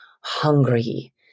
hungry